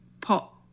pot